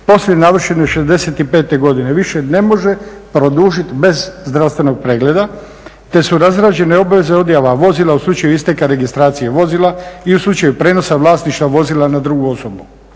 poslije navršene 65 godine više ne može produžiti bez zdravstvenog pregleda te su razrađene obveze odjava vozila u slučaju isteka registracije vozila i u slučaju prijenosa vlasništva vozila na drugu osobu.